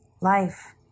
life